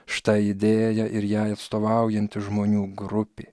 štai idėja ir jai atstovaujanti žmonių grupė